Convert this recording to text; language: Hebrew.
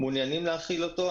מעוניינים להחיל אותו.